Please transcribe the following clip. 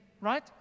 right